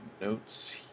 notes